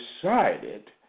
decided